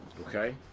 Okay